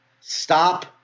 Stop